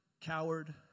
coward